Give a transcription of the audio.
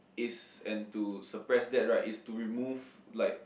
is an to suppress that right is to remove like